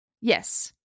yes